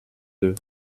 deux